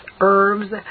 herbs